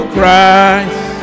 Christ